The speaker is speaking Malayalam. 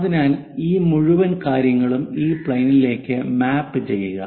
അതിനാൽ ഈ മുഴുവൻ കാര്യങ്ങളും ഈ പ്ലെയിനിലേക്ക് മാപ്പ് ചെയ്യുക